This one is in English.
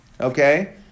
Okay